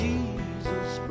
Jesus